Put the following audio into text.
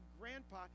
grandpa